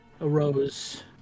arose